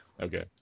Okay